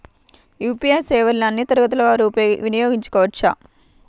UPI సేవలని అన్నీ తరగతుల వారు వినయోగించుకోవచ్చా?